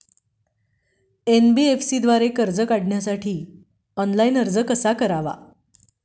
NBFC द्वारे कर्ज काढण्यासाठी ऑनलाइन अर्ज कसा करावा?